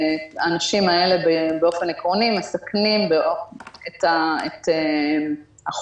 האנשים האלה באופן עקרוני מסכנים את החוקרים